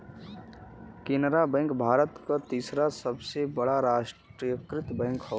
Canara bank भारत क तीसरा सबसे बड़ा राष्ट्रीयकृत बैंक हौ